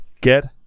get